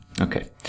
Okay